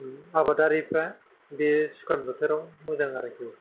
आबादारिफ्रा बे सुखान बोथोराव मोजां आरोखि